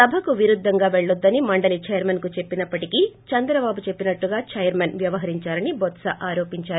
సభకు విరుద్దంగా పెళ్లొద్దని మండలి చైర్మన్కు చెప్పినప్పటికీ చంద్రబాబు చెప్పినట్లుగా చైర్మన్ వ్యవహరించారని బొత్ప సత్యనారాయణ ఆరోపించారు